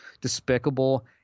despicable